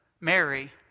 Mary